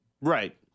Right